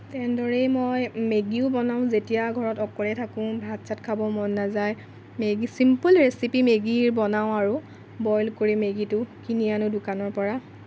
তেনেদৰেই মই মেগীও বনাওঁ যেতিয়া ঘৰত অকলে থাকোঁ ভাত চাত খাব মন নাযায় মেগীৰ চিম্পুল ৰেচিপি মেগীৰ বনাওঁ আৰু বইল কৰি মেগীটো কিনি আনো দোকানৰ পৰা